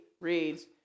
reads